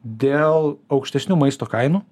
dėl aukštesnių maisto kainų